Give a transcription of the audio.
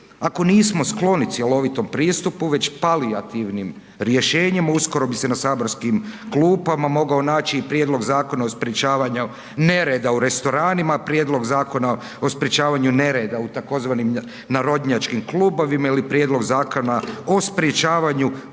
Ako nismo skloni cjelovitom pristupu već palijativnim rješenjem uskoro bi se na saborskim klupama mogao naći i prijedlog zakona o sprečavanju nereda u restoranima, prijedlog zakona o sprečavanju nereda u tzv. narodnjačkim klubovima ili prijedlog zakona o sprečavanju